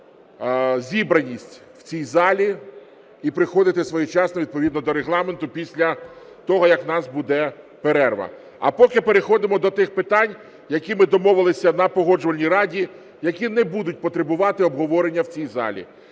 зібраність в цій залі і приходити своєчасно відповідно до Регламенту після того, як в нас буде перерва. А поки переходимо до тих питань, які ми домовилися на Погоджувальній раді, які не будуть потребувати обговорення в цій залі.